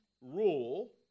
rule